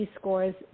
scores